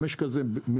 המשק הזה ממונף,